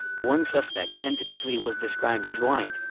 one suspect tentatively was described as white,